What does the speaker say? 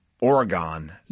Oregon